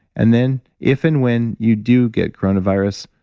and then, if and when you do get coronavirus,